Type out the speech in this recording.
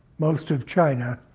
most of china.